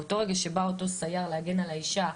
באותו רגע שבא אותו סייר להגן על האישה,